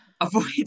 avoid